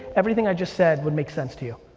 everything i just said would make sense to you.